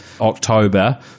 October